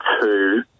two